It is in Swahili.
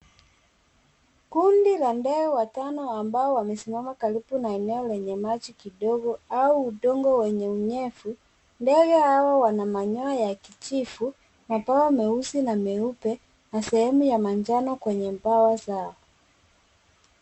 Kundi la ndege watano wenye mwili mnyepesi na wenye mabawa madogo au udongo wenye unyevu, wakiwa na mistari ya rangi ya kijivu na paa meusi na meupe, na rangi ya manjano kwenye mabawa yao